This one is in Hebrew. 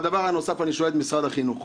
והדבר הנוסף, אני שואל את משרד החינוך: